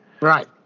Right